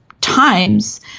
times